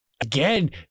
Again